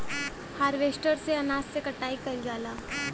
harvester से अनाज के कटाई कइल जाला